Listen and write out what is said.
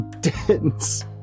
dense